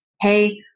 Hey